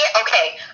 Okay